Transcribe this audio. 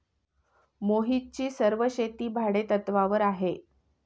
मोहितची सर्व शेती भाडेतत्वावर आहे